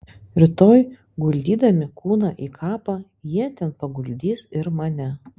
rytoj guldydami kūną į kapą jie ten paguldys ir mane